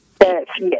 Yes